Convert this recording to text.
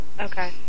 Okay